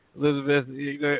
Elizabeth